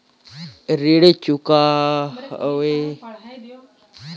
ऋण चुकौती के माध्यम का हो सकेला कि ऋण चुकौती कईसे होई?